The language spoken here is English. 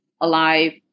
alive